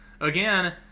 Again